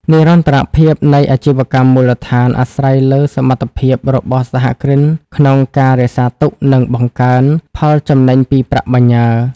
និរន្តរភាពនៃអាជីវកម្មមូលដ្ឋានអាស្រ័យលើសមត្ថភាពរបស់សហគ្រិនក្នុងការ "រក្សាទុក និងបង្កើន" ផលចំណេញពីប្រាក់បញ្ញើ។